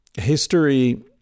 history